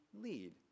lead